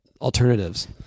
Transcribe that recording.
alternatives